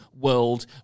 world